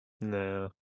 No